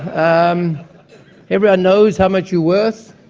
um everyone knows how much you're worth.